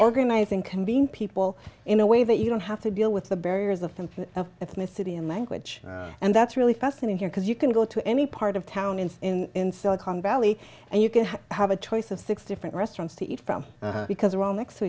organize in conveying people in a way that you don't have to deal with the barriers of them ethnicity in language and that's really fascinating here because you can go to any part of town in in in silicon valley and you can have a choice of six different restaurants to eat from because they're all next to